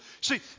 See